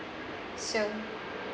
so